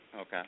Okay